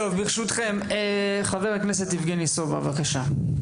טוב, ברשותכם, חבר הכנסת יבגני סובה, בבקשה.